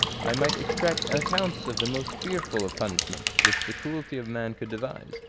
i might extract accounts of the most fearful of punishments which the cruelty of man could devise,